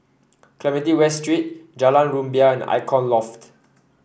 Clementi West Street Jalan Rumbia and Icon Loft